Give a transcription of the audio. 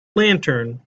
lantern